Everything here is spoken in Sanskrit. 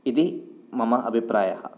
इति मम अभिप्रायः